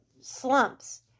slumps